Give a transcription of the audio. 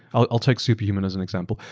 i'll take superhuman as an example,